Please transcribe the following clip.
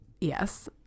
yes